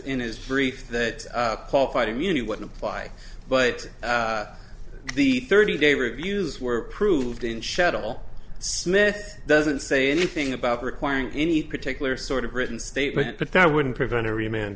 in his brief that qualified immunity wouldn't apply but the thirty day reviews were approved in shuttle smith doesn't say anything about requiring any particular sort of written statement but i wouldn't prevent every man